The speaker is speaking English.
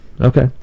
Okay